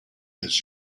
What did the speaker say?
has